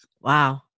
Wow